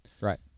Right